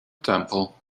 temple